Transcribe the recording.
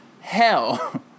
hell